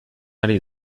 ari